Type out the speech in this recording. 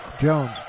Jones